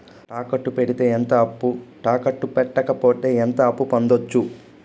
తాకట్టు పెడితే ఎంత అప్పు, తాకట్టు పెట్టకపోతే ఎంత అప్పు పొందొచ్చు?